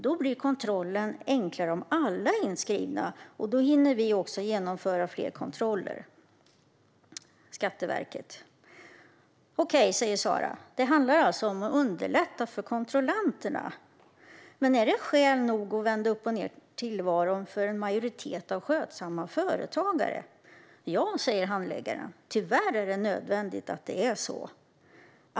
Då blir kontrollen enklare om alla är inskrivna, och då hinner vi också genomföra fler kontroller." Det är alltså Skatteverket som genomför kontrollerna. Sara säger: "Okej, det handlar alltså om att underlätta för kontrollanterna . Men är det skäl nog att vända upp och ner på tillvaron för en majoritet av skötsamma företagare?" Handläggaren svarar: "Ja tyvärr är det nödvändigt att det är så.